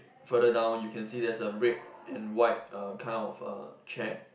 further down you can see there's a red and white uh kind of a chair